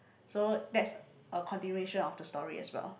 so that's a continuation of the story as well